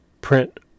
print